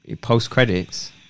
Post-credits